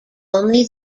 only